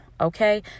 okay